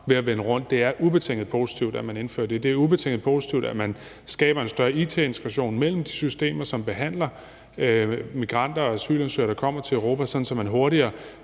ved at vende rundt, og det er ubetinget positivt, at man indfører det. Det er også ubetinget positivt, at man skaber en større it-integration mellem de systemer, som behandler migranter og asylansøgere, der kommer til Europa, sådan at man i de